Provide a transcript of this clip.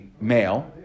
male